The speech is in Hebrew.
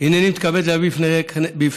הינני מתכבד להביא בפני הכנסת,